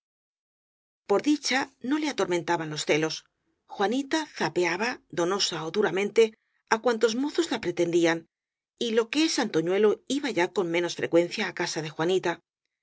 por dicha no le atormentaban los celos juanita zapeaba donosa ó duramente á cuantos mozos la pretendían y lo que es antoñuelo iba ya con me nos frecuencia á casa de juanita